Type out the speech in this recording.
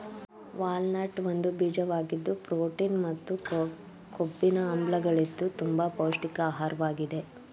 walnut ಒಂದು ಬೀಜವಾಗಿದ್ದು protein ಮತ್ತು ಕೊಬ್ಬಿನ ಆಮ್ಲಗಳಿದ್ದು ತುಂಬ ಪೌಷ್ಟಿಕ ಆಹಾರ್ವಾಗಿದೆ